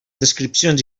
descripcions